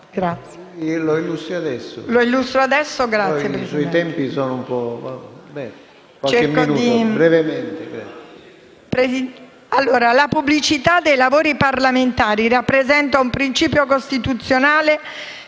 La pubblicità dei lavori parlamentari rappresenta un principio costituzionale